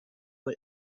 wohl